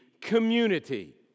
community